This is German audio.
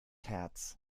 herz